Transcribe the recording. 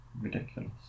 ridiculous